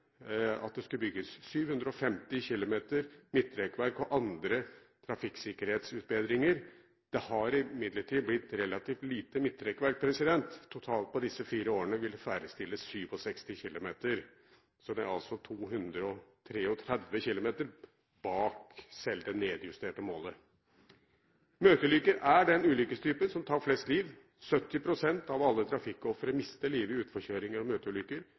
at det skulle bygges 750 km midtrekkverk og andre trafikksikkerhetsutbedringer. Det har imidlertid blitt relativt lite midtrekkverk. Totalt på disse fire årene vil det ferdigstilles 67 km. Det er 233 km bak selv det nedjusterte målet. Møteulykker er den ulykkestypen som tar flest liv. 70 pst. av alle trafikkofre mister livet i utforkjøringer og møteulykker.